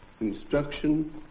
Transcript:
instruction